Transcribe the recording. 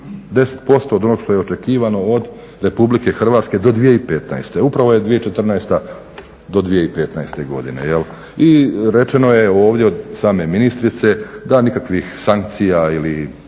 od onog što je očekivano od RH do 2015., upravo je 2014. do 2015. godine. I rečeno je ovdje od same ministrice da nikakvih sankcija ili